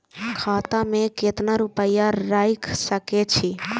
खाता में केतना रूपया रैख सके छी?